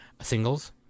singles